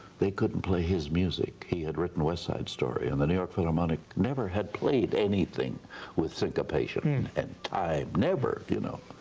they couldn't play his music. he had written west side story and the new york philharmonic never had played anything with syncopation i mean and time, never. you know